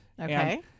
Okay